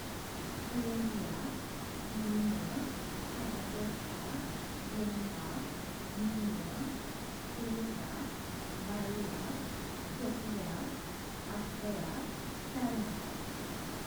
කූඹියා දිමියා කැරපොත්තා ගෙම්බා මීයා පූසා බල්ලා කොටියා අශ්වයා තල්මසා